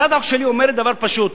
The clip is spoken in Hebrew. הצעת החוק שלי אומרת דבר פשוט,